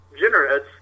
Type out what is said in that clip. generous